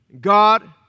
God